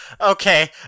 okay